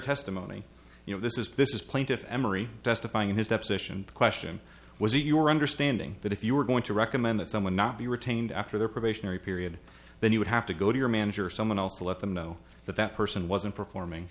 testimony you know this is this is plaintiff emery testifying in his deposition question was it your understanding that if you were going to recommend that someone not be retained after their probationary period then you would have to go to your manager or someone else to let them know that that person wasn't performing